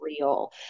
real